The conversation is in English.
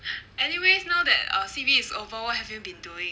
anyways now that um C_B is over what have you been doing